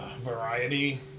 Variety